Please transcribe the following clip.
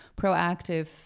proactive